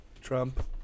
Trump